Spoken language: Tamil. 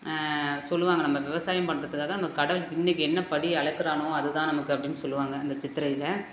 சொல்லுவாங்க நம்ப விவசாயம் பண்ணுறதுக்காக நம்ப கடவுள் இன்றைக்கி என்ன படி அளக்கிறானோ அது தான் நமக்கு அப்படினு சொல்லுவாங்க அந்த சித்திரையில்